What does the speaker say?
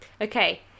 Okay